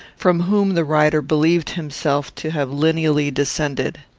from whom the writer believed himself to have lineally descended.